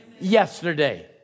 yesterday